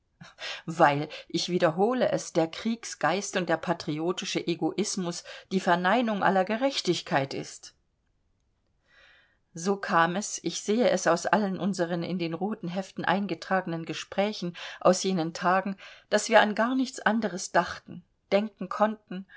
weil ich wiederhole es der kriegsgeist und der patriotische egoismus die verneinung aller gerechtigkeit ist so kam es ich sehe es aus allen unseren in den roten heften eingetragenen gesprächen aus jenen tagen daß wir an gar nichts anderes dachten denken konnten